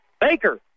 Baker